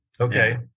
Okay